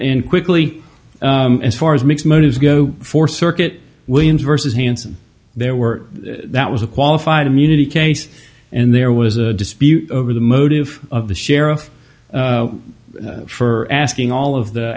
and quickly as far as mixed motives go for circuit williams versus hansen there were that was a qualified immunity case and there was a dispute over the motive of the sheriff for asking all of the